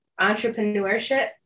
entrepreneurship